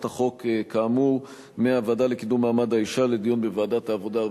החוק כאמור מהוועדה לקידום מעמד האשה לדיון בוועדת העבודה,